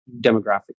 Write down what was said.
demographic